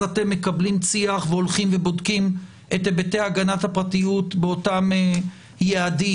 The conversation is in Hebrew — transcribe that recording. אתם מקבלים צי"ח והולכים ובודקים את היבטי הגנת הפרטיות באותם יעדים,